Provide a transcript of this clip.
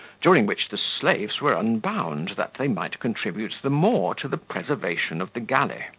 during which the slaves were unbound, that they might contribute the more to the preservation of the galley,